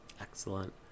Excellent